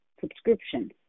subscription